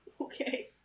Okay